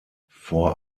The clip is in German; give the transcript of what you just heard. vor